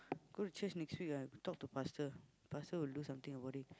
go to church next week lah talk to pastor pastor will do something about it